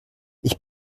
ich